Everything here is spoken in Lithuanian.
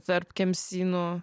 tarp kemsynų